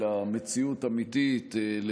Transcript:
אלא מציאות אמיתית,